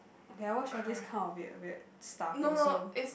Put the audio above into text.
ya I watch all these kind of weird weird stuff also